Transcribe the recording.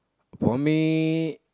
for me